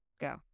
go